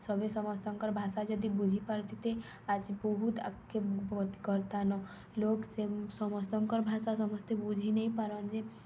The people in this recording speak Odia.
ସବେ ସମସ୍ତଙ୍କର୍ ଭାଷା ଯଦି ବୁଝିପାରୁଥିତେ ଆଜି ବହୁତ୍ ଆଗ୍କେ କର୍ତାନ ଲୋକ୍ ସେ ସମସ୍ତଙ୍କର୍ ଭାଷା ସମସ୍ତେ ବୁଝି ନେଇ ପାରନ୍ ଯେ